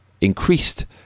increased